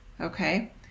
okay